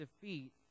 defeat